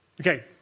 Okay